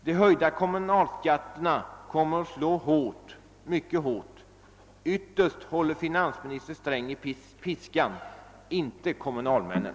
De höjda kommunalskatterna kommer att slå mycket hårt. Ytterst håller finansminister Sträng i piskan, inte kommunalmännen.